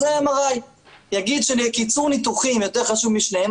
אז זה MRI. יגיד שקיצור ניתוחים יותר חשוב משניהם,